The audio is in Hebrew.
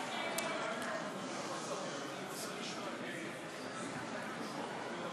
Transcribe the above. (חברי הכנסת מכבדים בקימה את זכרו של המנוח.) נא